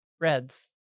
Reds